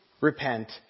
repent